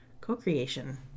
co-creation